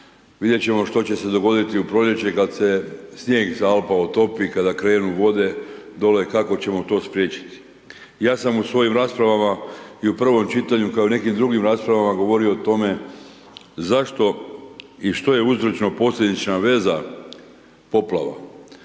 Vidjet ćemo što će se dogoditi u proljeće kad se snijeg s Alpa otopi, kada krenu vode dole, kako ćemo to spriječiti. Ja sam u svojim raspravama i u prvom čitanju, kao i u nekim drugim raspravama, govorio o tome zašto i što je uzročno posljedična veza poplava.